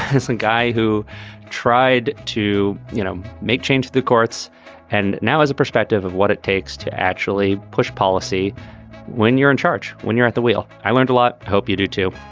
decent guy who tried to, you know, make change the courts and now, as a perspective of what it takes to actually push policy when you're in charge, when you're at the wheel. i learned a lot. hope you do, too.